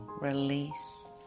Release